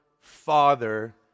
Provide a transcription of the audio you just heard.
father